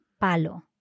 palo